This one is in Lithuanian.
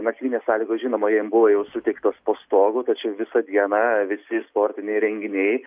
nakvynės sąlygos žinoma jiem buvo jau suteiktos po stogu tačiau visą dieną visi sportiniai renginiai